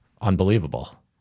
unbelievable